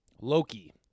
Loki